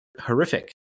horrific